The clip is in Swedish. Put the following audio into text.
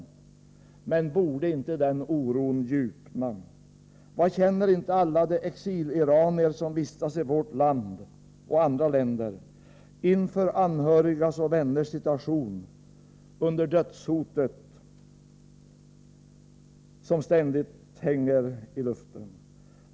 Men borde inte denna oro djupna? Vad känner inte alla de exiliranier som vistas i vårt land och i andra länder inför anhörigas och vänners situation under dödshotet som ständigt hänger i luften?